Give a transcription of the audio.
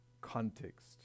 context